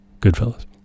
goodfellas